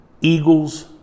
Eagles